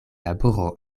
laboro